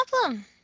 problem